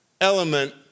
element